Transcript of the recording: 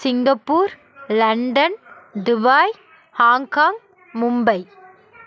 Singapore London Dubai Hong Kong Mumbai